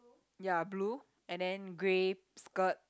ya blue and then grey skirt